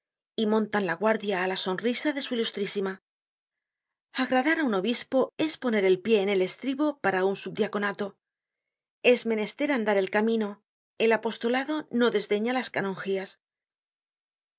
y montan la guardia á la sonrisa de su ilustrísima agradar á un obispo es poner el pié en el estribo para un subdiaconato es meneste andar el camino el apostolado no desdeña las canongias así